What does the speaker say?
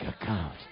account